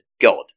God